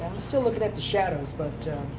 still looking at the shadows. but